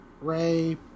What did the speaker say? Ray